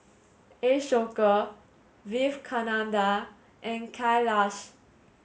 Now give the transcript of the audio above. Ashoka Vivekananda and Kailash